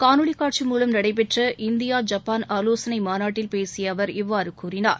காணொலி காட்சி மூலம் நடைபெற்ற இந்திய ஜப்பான் ஆலோசனை மாநாட்டில் பேசிய அவர் இவ்வாறு கூறினார்